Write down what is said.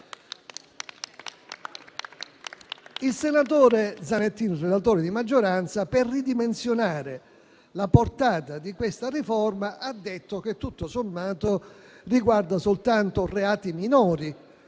Il senatore Zanettin, relatore di maggioranza, per ridimensionare la portata di questa riforma, ha detto che tutto sommato riguarda soltanto reati minori,